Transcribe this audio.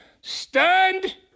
stunned